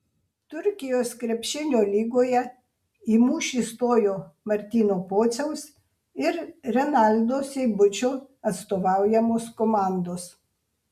turkijos krepšinio lygoje į mūšį stojo martyno pociaus ir renaldo seibučio atstovaujamos komandos